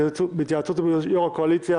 בהתייעצות עם יו"ר הקואליציה